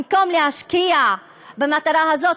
במקום להשקיע במטרה הזאת,